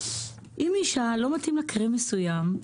שאם לאישה לא מתאים קרם מסוים,